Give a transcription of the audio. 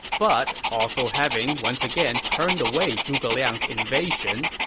but also having once again turned away zhuge liang's invasion,